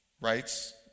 rights